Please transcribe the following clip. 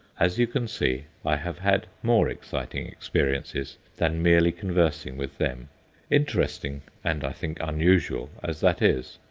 as you can see, i have had more exciting experiences than merely conversing with them interesting, and, i think, unusual as that is.